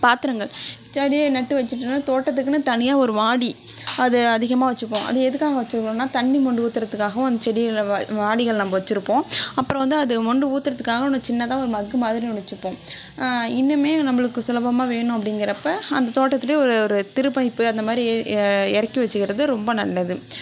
பாத்திரங்கள் செடியை நட்டு வச்சிவிட்டோன்னா தோட்டத்துக்குன்னு தனியாக ஒரு வாளி அது அதிகமாக வச்சுப்போம் அது எதுக்காக வச்சுருக்கோன்னா தண்ணி மொண்டு ஊற்றுறத்துக்காகவும் அந்த செடி வாளிகள் நம்ப வச்சியிருப்போம் அப்புறோம் வந்து அது மொண்டு ஊற்றுறத்துக்காக ஒன்று சின்னதாக ஒரு மக்கு மாதிரி ஒன்று வச்சியிருப்போம் இன்னுமே நம்புளுக்கு சுலபமாக வேணும் அப்படிங்குறப்ப அந்த தோட்டத்துலையே ஒரு ஒரு திருப்பைப்பு அந்தமாதிரி இறக்கி வச்சிக்கிறது ரொம்ப நல்லது